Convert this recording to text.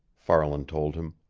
farland told him.